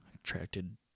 attracted